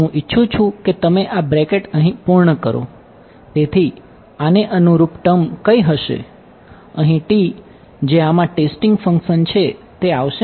હું ઇચ્છું છું કે તમે આ બ્રેકેટ કઈ હશે અહિ જે આમાં ટેસ્ટીંગ ફંક્સન છે તે આવશે